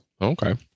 Okay